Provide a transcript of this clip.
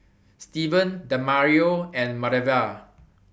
Steven Demario and Marva